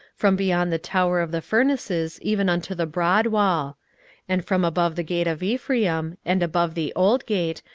from beyond the tower of the furnaces even unto the broad wall and from above the gate of ephraim, and above the old gate,